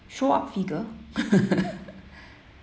show what figure